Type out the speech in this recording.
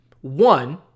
One